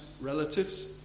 relatives